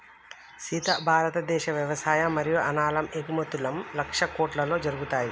సీత భారతదేశ వ్యవసాయ మరియు అనాలం ఎగుమతుం లక్షల కోట్లలో జరుగుతాయి